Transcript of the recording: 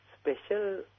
special